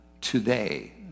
today